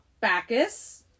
Bacchus